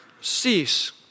cease